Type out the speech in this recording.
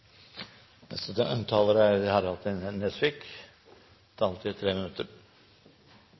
Neste taler er